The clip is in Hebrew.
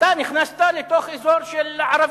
נכנסת לאזור של ערבים.